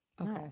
Okay